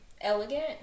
elegant